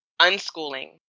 unschooling